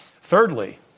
Thirdly